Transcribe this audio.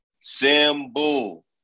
Symbol